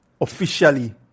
officially